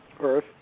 Earth